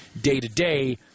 day-to-day